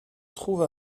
trouve